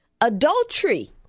Adultery